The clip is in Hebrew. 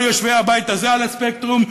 כל יושבי הבית הזה על הספקטרום,